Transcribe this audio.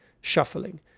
Shuffling